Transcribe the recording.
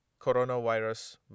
coronavirus